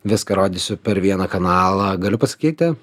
viską rodysiu per vieną kanalą galiu pasakyti